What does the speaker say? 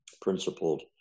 principled